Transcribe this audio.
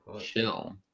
Chill